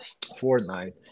Fortnite